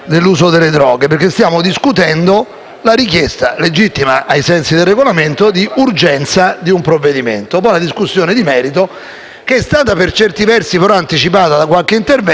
la richiesta, legittima ai sensi del Regolamento, di urgenza di un provvedimento;